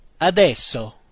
Adesso